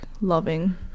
loving